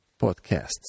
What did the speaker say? podcasts